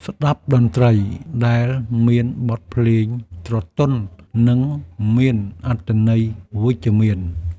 ស្ដាប់តន្ត្រីដែលមានបទភ្លេងស្រទន់ និងមានអត្ថន័យវិជ្ជមាន។